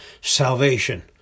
salvation